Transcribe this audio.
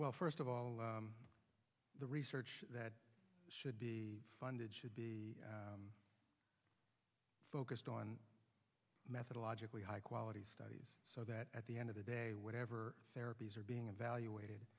well first of all the research that should be funded should be focused on methodologically high quality studies so that at the end of the day whatever therapies are being evaluated